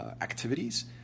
activities